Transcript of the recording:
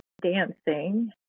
dancing